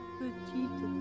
petite